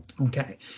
Okay